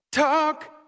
Talk